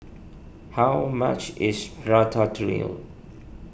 how much is Ratatouille